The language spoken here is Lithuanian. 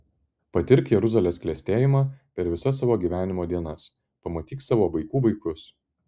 patirk jeruzalės klestėjimą per visas savo gyvenimo dienas pamatyk savo vaikų vaikus